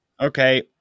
Okay